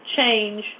change